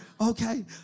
Okay